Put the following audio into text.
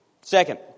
Second